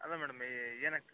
ಅಲ್ಲ ಮೇಡಮ್ ಏನಾಗ್ತಿದೆ ಮೇಡಮ್